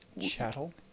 Chattel